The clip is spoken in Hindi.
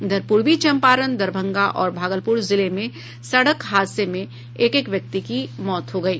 इधर पूर्वी चंपारण दरभंगा और भागलपुर जिले में सड़क हादसे में एक एक व्यक्ति की मौत हो गयी